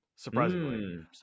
surprisingly